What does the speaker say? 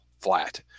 flat